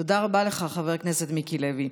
תודה רבה לך, חבר הכנסת מיקי לוי.